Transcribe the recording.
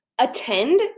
attend